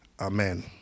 Amen